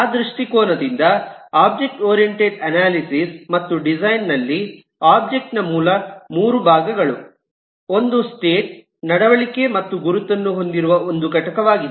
ಆ ದೃಷ್ಟಿಕೋನದಿಂದ object oriented analysis ಮತ್ತು ಡಿಸೈನ್ ನಲ್ಲಿ ಒಬ್ಜೆಕ್ಟ್ ನ ಮೂಲ 3 ಭಾಗಗಳು ಒಂದು ಸ್ಟೇಟ್ ನಡವಳಿಕೆ ಮತ್ತು ಗುರುತನ್ನು ಹೊಂದಿರುವ ಒಂದು ಘಟಕವಾಗಿದೆ